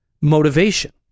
motivation